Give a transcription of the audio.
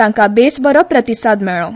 तांकां बेस बरो प्रतिसाद मेळ्ळो